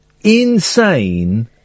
insane